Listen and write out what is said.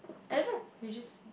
I don't know you just